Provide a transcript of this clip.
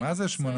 --- מה זה 828?